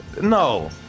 No